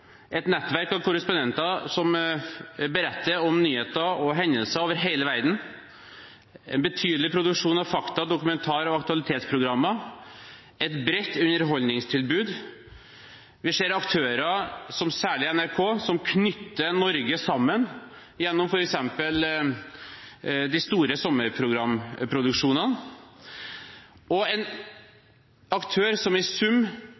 et nettverk av korrespondenter som beretter om nyheter og hendelser over hele verden, en betydelig produksjon av fakta-, dokumentar- og aktualitetsprogrammer og et bredt underholdningstilbud. Vi ser aktører som særlig NRK, som knytter Norge sammen gjennom f.eks. de store sommerprogramproduksjonene – en aktør som i sum